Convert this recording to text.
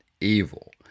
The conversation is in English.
evil